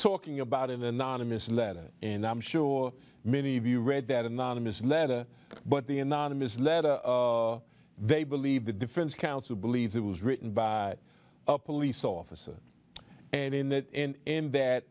talking about an anonymous letter and i'm sure many of you read that anonymous letter but the anonymous letter they believe the defense counsel believes it was written by a police officer and in that in that